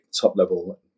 top-level